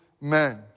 men